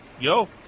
Yo